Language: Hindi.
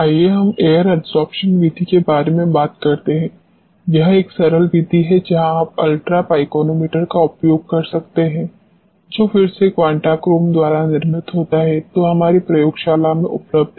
आइए हम एयर एडसोर्प्शन विधि के बारे में बात करते हैं यह एक सरल विधि है जहां आप अल्ट्रा पाइकोनोमीटर का उपयोग कर सकते हैं जो फिर से क्वांटाक्रोम द्वारा निर्मित होता है जो हमारी प्रयोगशाला में उपलब्ध है